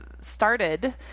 started